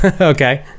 Okay